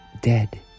dead